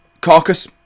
carcass